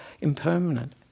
impermanent